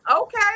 Okay